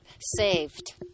saved